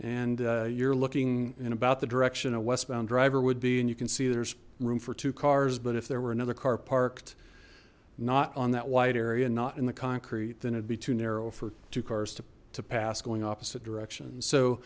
and you're looking in about the direction a westbound driver would be and you can see there's room for two cars but if there were another car parked not on that wide area not in the concrete then it'd be too narrow for two cars to pass going opposite directions so